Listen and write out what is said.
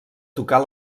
tocar